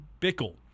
Bickle